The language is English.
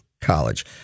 college